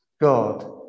God